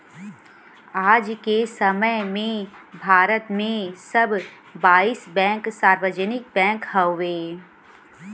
आज के समय में भारत में सब बाईस बैंक सार्वजनिक बैंक हउवे